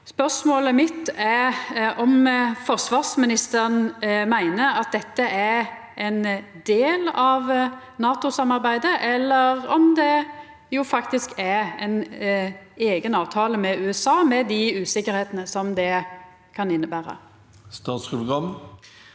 Spørsmålet mitt er om forsvarsministeren meiner at dette er ein del av NATO-samarbeidet, eller om det faktisk er ein eigen avtale med USA – med dei usikkerheitene det kan innebera. Statsråd